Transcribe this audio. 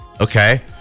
Okay